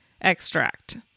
extract